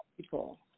people